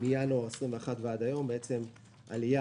מינואר 21 ועד היום, עלייה